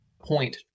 point